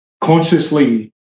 consciously